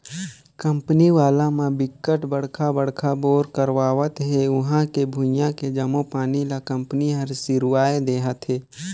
company वाला म बिकट बड़का बड़का बोर करवावत हे उहां के भुइयां के जम्मो पानी ल कंपनी हर सिरवाए देहथे